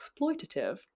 exploitative